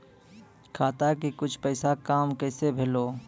खाता के कुछ पैसा काम कैसा भेलौ?